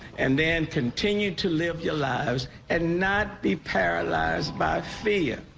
and and continue to live your lives and not be paralyzed by fear.